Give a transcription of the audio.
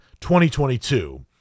2022